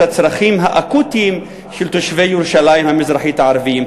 הצרכים האקוטיים של תושבי ירושלים המזרחית הערבים?